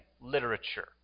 literature